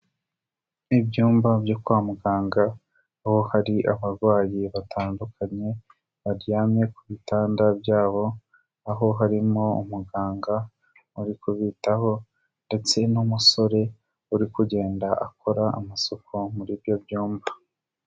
Ibyumba byo kwa muganga, aho hari abarwayi batandukanye baryamye ku bitanda byabo, aho harimo umuganga uri kubitaho ndetse n'umusore uri kugenda akora amasoko muri ibyo byumba.